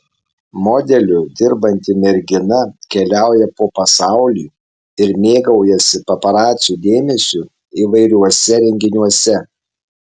modeliu dirbanti mergina keliauja po pasaulį ir mėgaujasi paparacių dėmesiu įvairiuose renginiuose